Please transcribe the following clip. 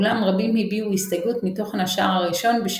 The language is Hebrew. אולם רבים הביעו הסתייגות מתוכן השער הראשון,